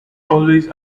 always